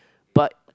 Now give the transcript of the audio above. but